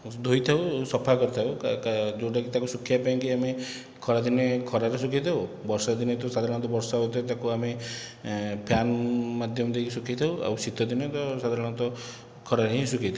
ଧୋଇଥାଉ ସଫା କରିଥାଉ ଯେଉଁଟାକି ତାକୁ ଶୁଖିବା ପାଇଁକି ଆମେ ଖରା ଦିନେ ଖରାରେ ଶୁଖାଇ ଥାଉ ବର୍ଷା ଦିନେ ତ ସାଧାରଣତଃ ବର୍ଷା ହୋଉଥାଏ ତାକୁ ଆମେ ଫ୍ୟାନ୍ ମାଧ୍ୟମ ଦେଇକି ଶୁଖାଇଥାଉ ଆଉ ଶୀତ ଦିନେ ତ ସାଧାରଣତଃ ଖରାରେ ହିଁ ଶୁଖାଇ ଥାଉ